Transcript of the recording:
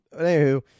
Anywho